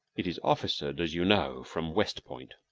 it is officered, as you know, from west point.